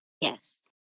Yes